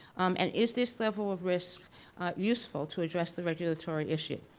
and is this level of risk useful to address the regulatory issue?